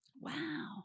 Wow